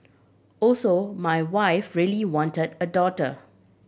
also my wife really wanted a daughter